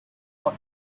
not